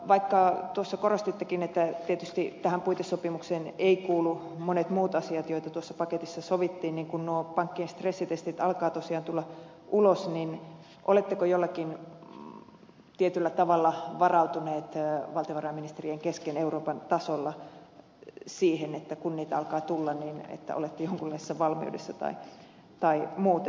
vaikka tuossa korostittekin että tietysti tähän puitesopimukseen eivät kuulu monet muut asiat joita tuossa paketissa sovittiin mutta kun nuo pankkien stressitestit alkavat tosiaan tulla ulos niin oletteko jollakin tietyllä tavalla varautuneet valtiovarainministerien kesken euroopan tasolla siihen että kun niitä alkaa tulla niin että olette jonkunlaisessa valmiudessa tai muuten